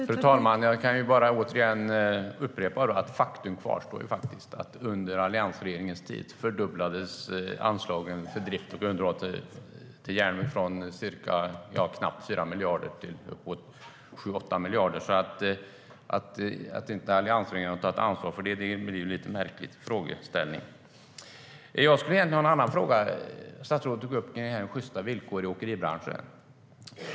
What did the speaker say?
STYLEREF Kantrubrik \* MERGEFORMAT KommunikationerStatsrådet tog upp frågan om sjysta villkor i åkeribranschen.